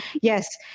Yes